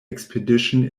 expedition